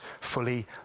fully